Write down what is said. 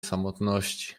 samotności